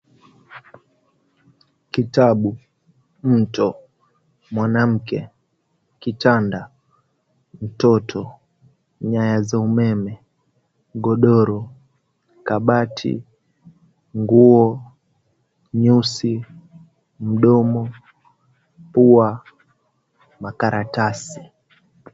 Kitabu, mto, mwanamke, kitanda, mtoto, nyaya za umeme, godoro, kabati, nguo, nyusi, mdomo, pua, makaratasi.